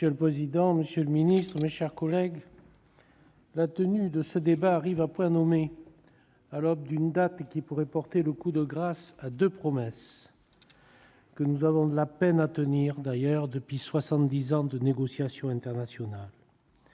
Monsieur le président, monsieur le ministre, mes chers collègues, la tenue de ce débat arrive à point nommé, à l'aube d'une date qui pourrait porter le coup de grâce à deux promesses que nous avons d'ailleurs de la peine à tenir depuis soixante-dix ans de négociations internationales.